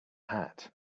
hat